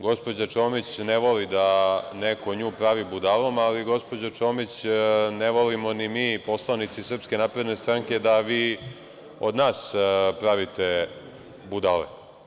Gospođa Čomić ne vodi da neko nju pravi budalom, ali gospođo Čomić, ne volimo ni mi poslanici SNS da vi od nas pravite budale.